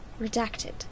Redacted